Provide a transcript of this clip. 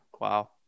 Wow